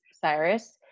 Cyrus